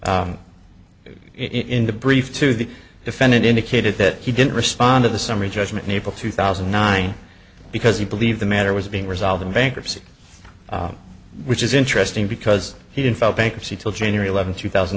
in the brief to the defendant indicated that he didn't respond to the summary judgment naples two thousand and nine because he believed the matter was being resolved in bankruptcy which is interesting because he didn't file bankruptcy till january eleventh two thousand